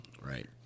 Right